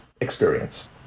experience